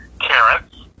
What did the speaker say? carrots